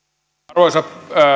arvoisa